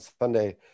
Sunday